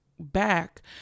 back